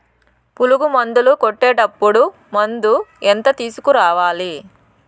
పులుగు మందులు కొట్టేటప్పుడు మందు ఎంత తీసుకురావాలి?